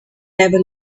never